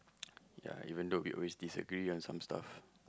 ya even though we always disagree lah some stuff